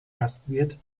gastwirt